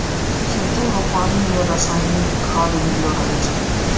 खेतो रो पानी मे रसायनिकी खाद मिल्लो रहै छै